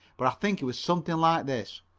but i think it was something like this